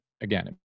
again